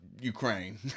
Ukraine